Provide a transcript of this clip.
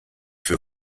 für